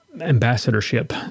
ambassadorship